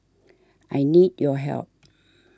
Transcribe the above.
I need your help